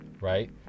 right